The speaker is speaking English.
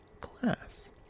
class